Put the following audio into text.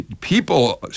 people